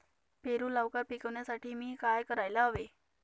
पेरू लवकर पिकवण्यासाठी मी काय करायला हवे?